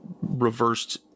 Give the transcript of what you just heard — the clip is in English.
reversed